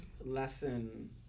lesson